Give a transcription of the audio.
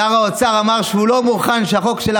שר האוצר אמר שהוא לא מוכן שהחוק שלך